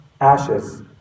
ashes